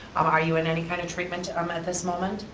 are you in any kind of treatment um at this moment.